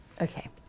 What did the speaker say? okay